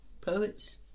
Poets